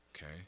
Okay